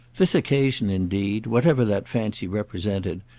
this occasion indeed, whatever that fancy represented,